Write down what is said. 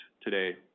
today